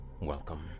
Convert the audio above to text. Welcome